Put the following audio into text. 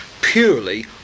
purely